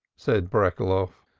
said breckeloff.